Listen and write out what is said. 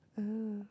oh